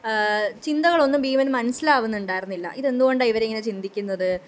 ചിന്തകളൊന്നും ഭീമന് മനസിലാവുന്നുണ്ടാരുന്നില്ല ഇതെന്തുകൊണ്ടാണ് ഇവരിങ്ങനെ ചിന്തിക്കുന്നത്